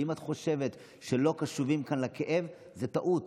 אם את חושבת שלא קשובים כאן לכאב, זו טעות.